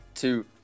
two